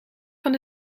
van